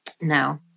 no